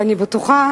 ואני בטוחה